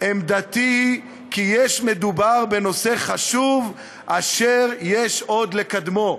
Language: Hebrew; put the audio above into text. "עמדתי היא כי מדובר בנושא חשוב אשר יש עוד לקדמו".